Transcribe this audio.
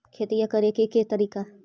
खेतिया करेके के तारिका?